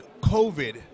COVID